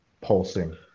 pulsing